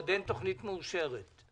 עוד אין תוכנית מאושרת.